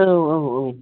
औ औ औ